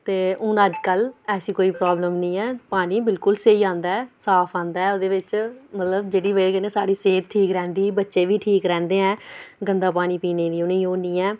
ते हून अजकल आसे गी कोई प्रब्लम नेईं ऐ पानी बिल्कुल स्हेई आंदा ऐ साफ आंदा ऐ जेहदी बजह कन्नै साढ़ी सेह्द ठीक रौंह्दी ही बच्चे बी ठीक रौंह्दे हैन गंदा पानी पीने दी उनेंगी ओह् नेईं ऐ